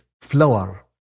flower